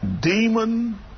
demon